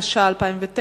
התש"ע 2009,